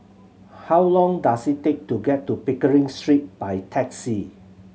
how long does it take to get to Pickering Street by taxi